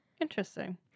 Interesting